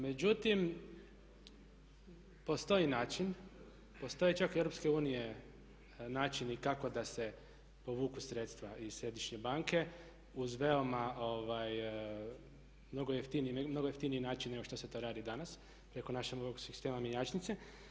Međutim, postoji način, postoje čak i iz EU načini kako da se povuku sredstva iz središnje banke uz mnogo jeftiniji način nego što se to radi danas preko našeg novog sistema mjenjačnice.